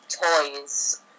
toys